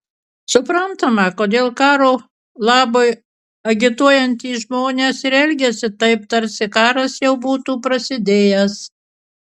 suprantama kodėl karo labui agituojantys žmonės ir elgiasi taip tarsi karas jau būtų prasidėjęs